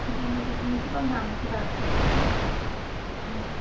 جی مجھے principal ma'am سے بات کرنی تھی